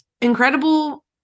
incredible